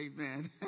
Amen